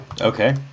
Okay